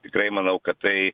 tikrai manau kad tai